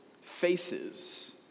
faces